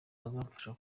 bazamfasha